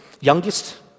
youngest